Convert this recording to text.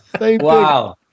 wow